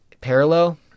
parallel